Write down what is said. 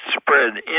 spread